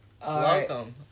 Welcome